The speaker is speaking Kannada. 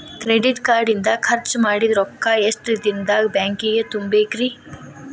ಕ್ರೆಡಿಟ್ ಕಾರ್ಡ್ ಇಂದ್ ಖರ್ಚ್ ಮಾಡಿದ್ ರೊಕ್ಕಾ ಎಷ್ಟ ದಿನದಾಗ್ ಬ್ಯಾಂಕಿಗೆ ತುಂಬೇಕ್ರಿ?